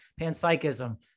panpsychism